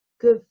good